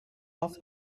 off